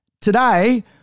today